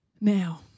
Now